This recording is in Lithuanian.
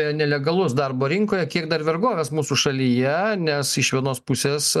nelegalus darbo rinkoje kiek dar vergovės mūsų šalyje nes iš vienos pusės